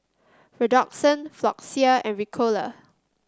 Redoxon Floxia and Ricola